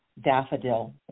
daffodil